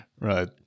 right